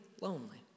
lonely